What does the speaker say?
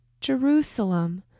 Jerusalem